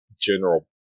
general